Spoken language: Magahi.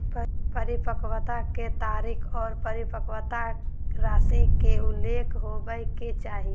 परिपक्वता के तारीख आर परिपक्वता राशि के उल्लेख होबय के चाही